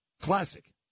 classic